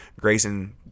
Grayson